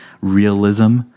realism